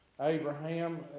Abraham